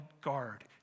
guard